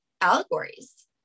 allegories